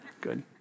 Good